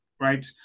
right